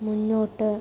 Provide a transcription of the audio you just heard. മുന്നോട്ട്